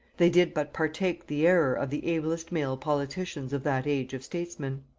they did but partake the error of the ablest male politicians of that age of statesmen.